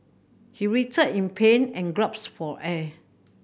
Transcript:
he writhed in pain and for air